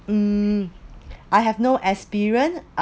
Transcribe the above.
um I have no experience